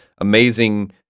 amazing